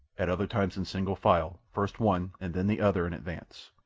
at other times in single file, first one and then the other in advance.